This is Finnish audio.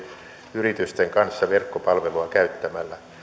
yritysten kanssa verkkopalvelua käyttämällä